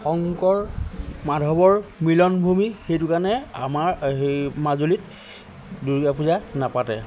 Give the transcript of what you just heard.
শংকৰ মাধৱৰ মিলনভূমি সেইটো কাৰণে আমাৰ সেই মাজুলীত দুৰ্গা পূজা নাপাতে